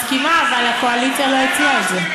מסכימה, אבל הקואליציה לא הציעה את זה.